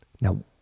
Now